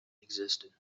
existed